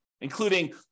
including